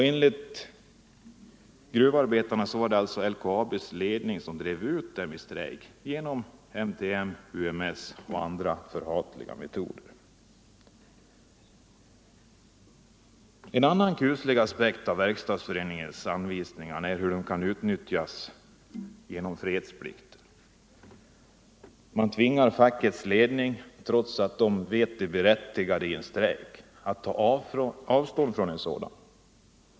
Enligt gruvarbetarna var det alltså LKAB:s ledning som drev arbetarna ut i strejk genom MTM, UMS och andra förhatliga metoder. En annan kuslig effekt av Verkstadsföreningens anvisningar är att fackets ledning tvingas att — trots det berättigade i en strejk — ta avstånd från en sådan.